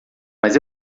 mas